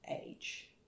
age